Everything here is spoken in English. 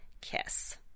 kiss